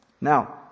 Now